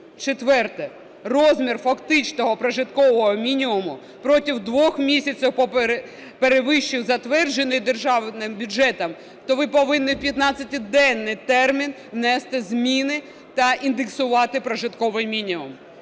Четверте: розмір фактичного прожиткового мінімуму протягом двох місяців перевищив затверджений державним бюджетом, то ви повинні у 15-денний термін внести зміни та індексувати прожитковий мінімум.